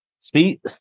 Speed